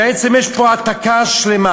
בעצם יש פה העתקה שלמה.